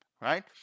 right